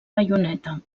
baioneta